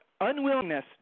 unwillingness